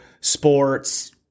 sports